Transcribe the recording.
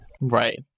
Right